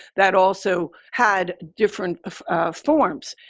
that also had different forms.